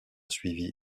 suivi